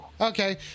Okay